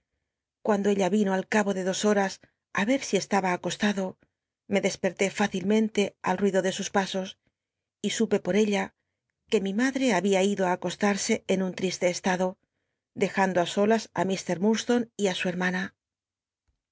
cuando ella yino al cabo de do horas i er si estaba acostado me desperté f icilmente al ruido de sus pasos y supe por ella que mi madre babia ido á acostarse en un triste estado dejando á solas i i muslo y á su hermana